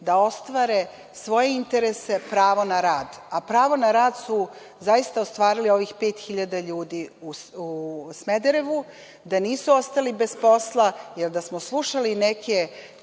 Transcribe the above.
da ostvare svoje interese – pravo na rad. Pravo na rad su zaista ostvarili ovih 5.000 ljudi u Smederevu, da nisu ostali bez posla. Jer, da smo slušali neke